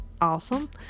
awesome